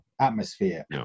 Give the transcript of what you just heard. atmosphere